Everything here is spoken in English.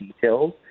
details